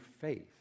faith